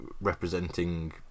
representing